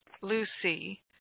Lucy